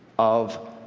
of